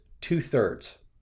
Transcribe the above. two-thirds